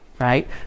right